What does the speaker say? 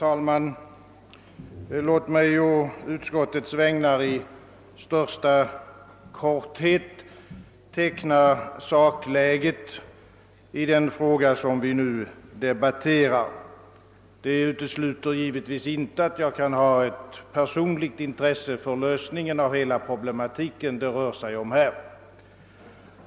Herr talman! Låt mig i största korthet skildra sakläget i den fråga som vi nu debatterar. Jag gör det å utskottets vägnar, men det utesluter givetvis inte att jag kan ha ett personligt intresse för lösningen av den problematik som detta ärende rör sig om.